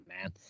man